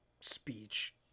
speech